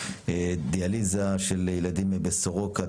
דיאליזה של ילדים בסורוקה,